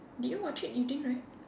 did you watch it you didn't right